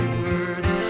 words